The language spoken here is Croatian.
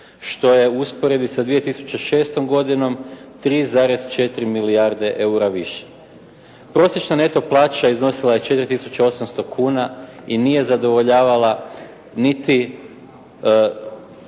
što je u usporedbi sa 2006. godinom 3,4 milijarde EUR-a više. Prosječna neto plaća iznosila je 4 tisuće 800 kuna i nije zadovoljavala niti